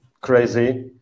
crazy